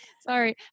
Sorry